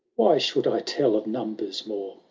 why should i tell of numbers more?